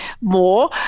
more